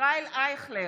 ישראל אייכלר,